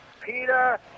Peter